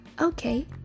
Okay